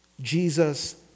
Jesus